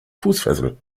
fußfessel